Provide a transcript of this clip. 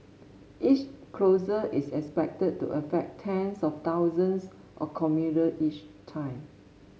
each closure is expected to affect tens of thousands of commuter each time